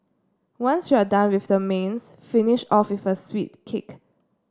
once you're done with the mains finish off with a sweet kick